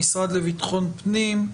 המשרד לביטחון פנים,